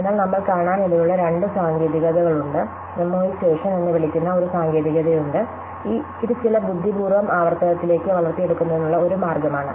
അതിനാൽ നമ്മൾ കാണാനിടയുള്ള രണ്ട് സാങ്കേതികതകളുണ്ട് മെമ്മോയിസേഷൻ എന്ന് വിളിക്കുന്ന ഒരു സാങ്കേതികതയുണ്ട് ഇത് ചില ബുദ്ധിപൂർവ്വം ആവർത്തനത്തിലേക്ക് വളർത്തിയെടുക്കുന്നതിനുള്ള ഒരു മാർഗമാണ്